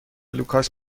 لوکاس